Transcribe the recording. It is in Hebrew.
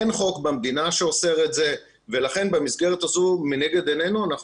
אין חוק במדינה שאוסר את זה ולכן במסגרת הזו לנגד עינינו אנחנו